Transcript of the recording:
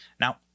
Now